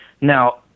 Now